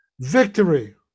victory